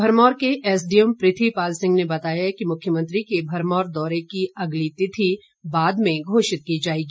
भरमौर के एसडीएम पृथी पाल सिंह ने बताया कि मुख्यमंत्री के भरमौर दौरे की अगली तिथि बाद में घोषित की जाएगी